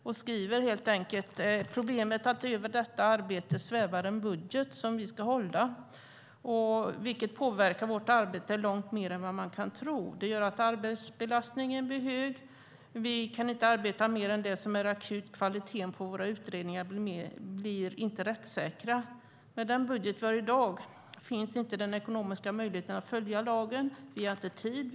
De skriver helt enkelt: Problemet är att över detta arbete svävar en budget som vi ska hålla, vilket påverkar vårt arbete långt mer än vad man kan tro. Det gör att arbetsbelastningen blir hög. Vi kan inte arbeta med mer än det som är akut. Kvaliteten på våra utredningar blir inte rättssäker. Med den budget vi har i dag finns inte den ekonomiska möjligheten att följa lagen. Vi har inte tid.